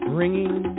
ringing